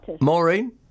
Maureen